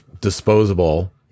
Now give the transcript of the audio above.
disposable